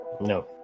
No